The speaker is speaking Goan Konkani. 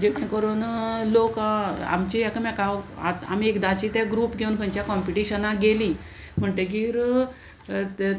जेका करून लोक आमची एकामेकां आमी एकदांची ते ग्रूप घेवन खंयच्या कॉम्पिटिशनाक गेलीं म्हणटगीर